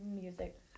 music